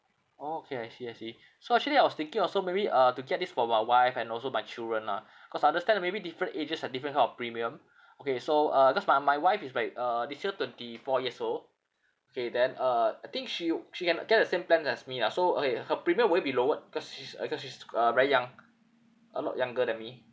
orh okay I see I see so actually I was thinking also maybe uh to get it for my wife and also my children lah cause understand maybe different ages have different kind of premium okay so uh just my my wife is like uh this year twenty four years old okay then uh I think she wou~ she can get the same plans as me lah so okay her premium will it be lowered because she's uh because she's uh very young a lot younger than me